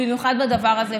במיוחד בדבר הזה.